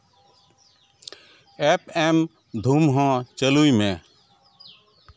F M ᱫᱷᱩᱢ ᱦᱚᱸ ᱪᱟᱹᱞᱩᱭ ᱢᱮ